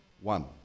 one